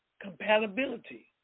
compatibility